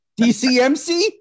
DCMC